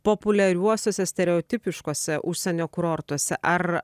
populiariuosiuose stereotipiškuose užsienio kurortuose ar